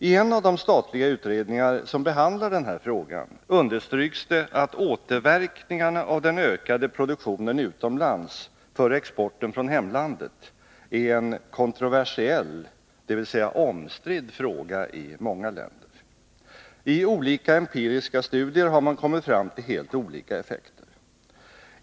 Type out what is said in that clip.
I en av de statliga utredningar som behandlar den här frågan understryks det att återverkningarna av den ökade produktionen utomlands för exporten från hemlandet är en kontroversiell, dvs. en omstridd fråga i många länder. I olika empiriska studier har man kommit fram till helt olika effekter.